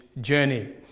journey